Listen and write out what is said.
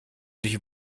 dich